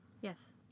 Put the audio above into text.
Yes